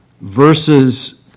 versus